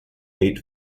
eight